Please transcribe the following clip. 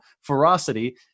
ferocity